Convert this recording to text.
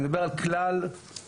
אני מדבר על כלל התחומים,